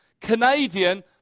Canadian